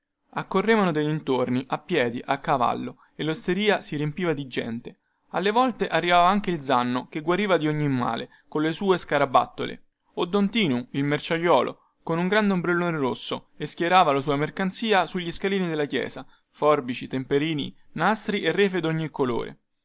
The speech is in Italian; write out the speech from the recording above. purgatorio accorrevano dai dintorni a piedi a cavallo e losteria si riempiva di gente alle volte arrivava anche il zanno che guariva di ogni male colle sue scarabattole o don tinu il merciaiuolo con un grande ombrellone rosso e schierava la sua mercanzia sugli scalini della chiesa forbici temperini nastri e refe dogni colore